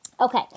Okay